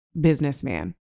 businessman